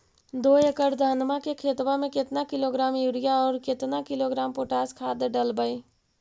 दो एकड़ धनमा के खेतबा में केतना किलोग्राम युरिया और केतना किलोग्राम पोटास खाद डलबई?